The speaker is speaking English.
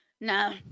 No